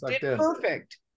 perfect